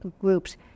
groups